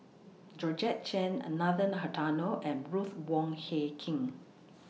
Georgette Chen Are Nathan Hartono and Ruth Wong Hie King